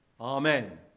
Amen